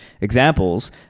examples